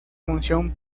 función